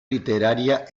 literaria